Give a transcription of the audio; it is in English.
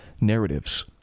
narratives